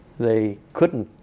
they couldn't